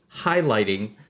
highlighting